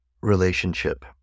Relationship